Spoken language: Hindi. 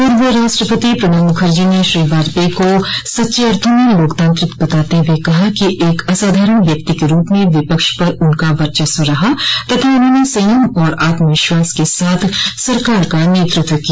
पूर्व राष्ट्रपति प्रणब मुखर्जी ने श्री वाजपेयी को सच्चे अर्थों में लोकतांत्रिक बताते हुए कहा कि एक असाधारण व्यक्ति के रूप में विपक्ष पर उनका वर्चस्व रहा तथा उन्होंने संयम और आत्मविश्वास के साथ सरकार का नेतृत्व किया